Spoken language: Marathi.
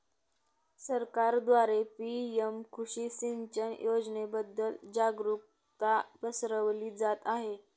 सरकारद्वारे पी.एम कृषी सिंचन योजनेबद्दल जागरुकता पसरवली जात आहे